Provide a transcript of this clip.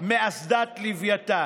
מאסדת לווייתן.